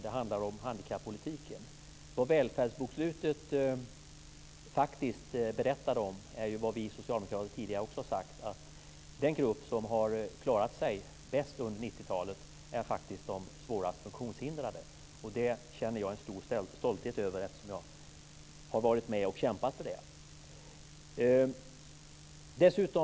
Det handlar då om handikappolitiken. Vad välfärdsbokslutet faktiskt berättar om är vad vi socialdemokrater tidigare också har sagt, nämligen att den grupp som klarat sig bäst under 90 talet faktiskt är de svårast funktionshindrade. Det känner jag stor stolthet över eftersom jag har varit med och kämpat för det.